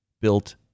built